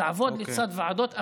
תעבוד לצד ועדות אחרות,